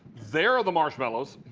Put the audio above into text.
there are the marshmallows.